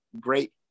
great